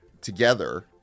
together